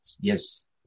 yes